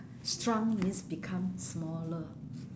shrunk means become smaller